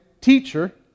Teacher